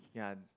ya